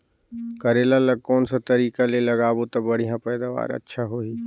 करेला ला कोन सा तरीका ले लगाबो ता बढ़िया पैदावार अच्छा होही?